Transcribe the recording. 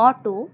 auto